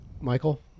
Michael